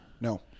No